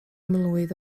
mlwydd